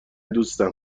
دوستم